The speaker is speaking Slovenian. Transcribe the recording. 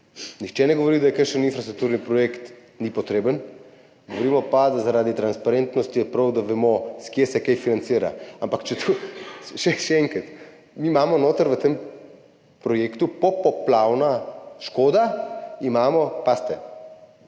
Nihče ne govori, da kakšen infrastrukturni projekt ni potreben. Govorimo pa, da je transparentnosti prav, da vemo, od kod se kaj financira. Ampak še enkrat, mi imamo v tem projektu popoplavna škoda, pazite,